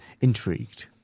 intrigued